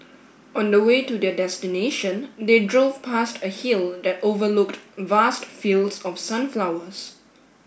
on the way to their destination they drove past a hill that overlooked vast fields of sunflowers